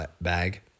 bag